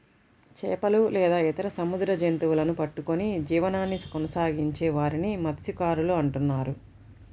చేపలు లేదా ఇతర సముద్ర జంతువులను పట్టుకొని జీవనాన్ని కొనసాగించే వారిని మత్య్సకారులు అంటున్నారు